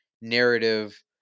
narrative